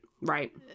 Right